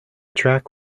track